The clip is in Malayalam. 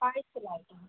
പാർസൽ ആയിട്ട്